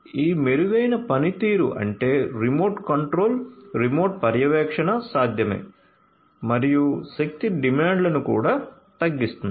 ఈ మెరుగైన పనితీరు అంటే రిమోట్ కంట్రోల్ రిమోట్ పర్యవేక్షణ సాధ్యమే మరియు శక్తి డిమాండ్లను కూడా తగ్గిస్తుంది